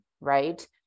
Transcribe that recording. right